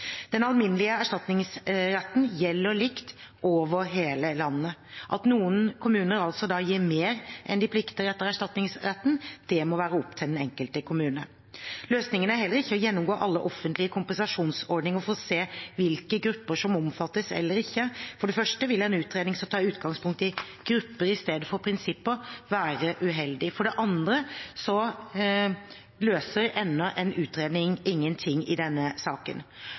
Den alminnelige erstatningsretten gjelder likt over hele landet. At noen kommuner gir mer enn de plikter etter erstatningsretten, må være opp til den enkelte kommune. Løsningen er heller ikke å gjennomgå alle offentlige kompensasjonsordninger for å se hvilke grupper som omfattes og ikke. For det første vil en utredning som tar utgangspunkt i grupper i stedet for prinsipper, være uheldig. For det andre løser enda en utredning ingenting i denne saken.